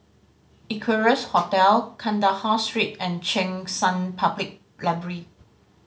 Equarius Hotel Kandahar Street and Cheng San Public Library